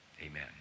Amen